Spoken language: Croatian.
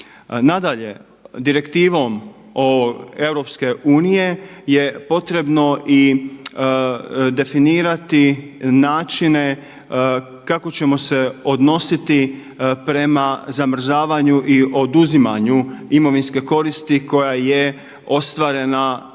Nadalje, direktivom EU je potrebno i definirati načine kako ćemo se odnositi prema zamrzavanju i oduzimanju imovinske koristi koja je ostvarena